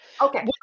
Okay